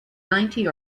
ninety